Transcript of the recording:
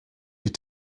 die